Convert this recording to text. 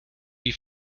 die